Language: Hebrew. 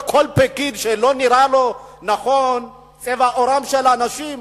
כל פקיד שלא נראה לו צבע עורם של האנשים,